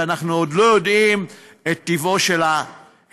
ואנחנו עוד לא יודעים את טיבו של ההסכם.